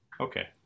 Okay